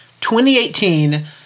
2018